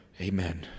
Amen